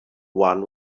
one